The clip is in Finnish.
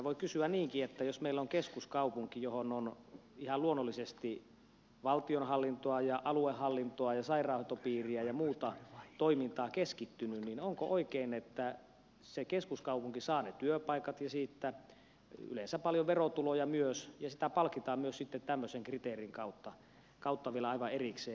voi kysyä niinkin jos meillä on keskuskaupunki johon on ihan luonnollisesti valtionhallintoa ja aluehallintoa ja sairaanhoitopiiriä ja muuta toimintaa keskittynyt niin onko oikein että se keskuskaupunki saa ne työpaikat yleensä paljon verotuloja myös ja sitä palkitaan myös sitten tämmöisen kriteerin kautta vielä aivan erikseen